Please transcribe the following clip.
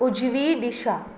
उजवी दिशा